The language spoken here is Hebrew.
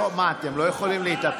לא, מה, אתם לא יכולים להתאפק?